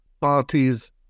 parties